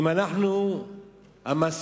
אם אנחנו המשטינים,